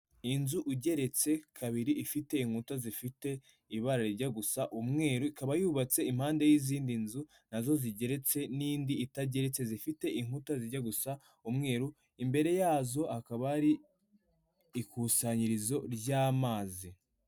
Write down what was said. Inzu igeretse kabiri ifite inkuta zifite ibara rijya gusa umweru, ikaba yubatse impande y'izindi nzu na zo zigeretse n'indi itageretse, zifite inkuta zijya gusa umweru, imbere yazo hakaba ari ikusanyirizo ry'amazi.